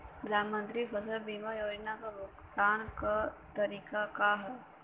प्रधानमंत्री फसल बीमा योजना क भुगतान क तरीकाका ह?